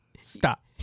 Stop